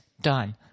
done